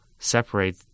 separate